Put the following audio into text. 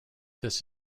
this